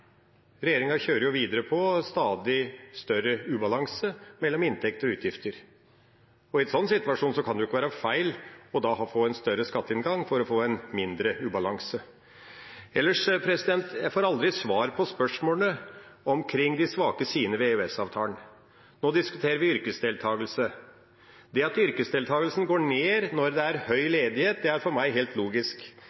Regjeringa kjører videre på stadig større ubalanse mellom inntekter og utgifter, og i en sånn situasjon kan det jo ikke være feil å få en større skatteinngang for å få en mindre ubalanse. Ellers får jeg aldri svar på spørsmålene omkring de svake sidene ved EØS-avtalen. Nå diskuterer vi yrkesdeltakelse. Det at yrkesdeltakelsen går ned når det er høy